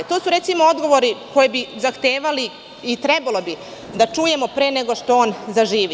To su, recimo, odgovori koji bi zahtevali i trebalo bi da ih čujemo pre nego što on zaživi.